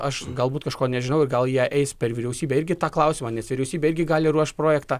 aš galbūt kažko nežinau ir gal jie eis per vyriausybę irgi tą klausimą nes vyriausybė irgi gali ruošt projektą